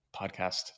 podcast